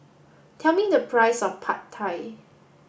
tell me the price of Pad Thai